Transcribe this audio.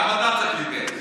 גם אתה צריך להתגייס.